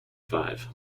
five